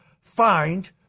find